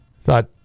thought